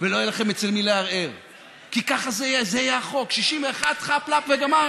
זה טרור לאומני.